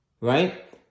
right